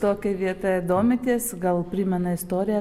tokia vieta domitės gal primena istoriją